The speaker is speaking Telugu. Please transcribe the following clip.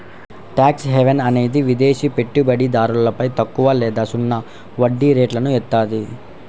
ట్యాక్స్ హెవెన్ అనేది విదేశి పెట్టుబడిదారులపై తక్కువ లేదా సున్నా పన్నురేట్లను ఏత్తాది